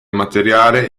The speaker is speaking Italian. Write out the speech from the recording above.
materiale